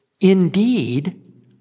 indeed